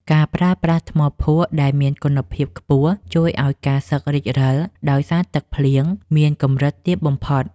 ការប្រើប្រាស់ថ្មភក់ដែលមានគុណភាពខ្ពស់ជួយឱ្យការសឹករិចរិលដោយសារទឹកភ្លៀងមានកម្រិតទាបបំផុត។